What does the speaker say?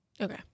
Okay